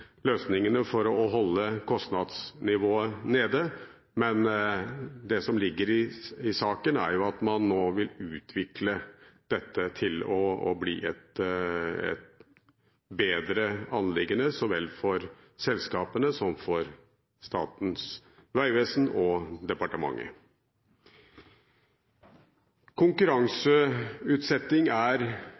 løsningene for å holde kostnadsnivået nede, men det som ligger i saken, er at man nå vil utvikle dette til å bli et bedre anliggende så vel for selskapene som for Statens vegvesen og departementet. Konkurranseutsetting er